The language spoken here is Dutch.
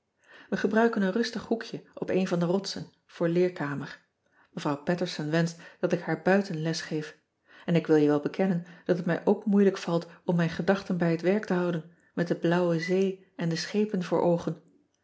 ij gebruiken een rustig hoekje op een van de rotsen voor leerkamer evrouw aterson wenscht dat ik haar buiten les geef en ik wil je wel bekennen dat het mij ook moeilijk valt om mijn gedachten bij het werk te houden met de blauwe zee en de schepen voor oogen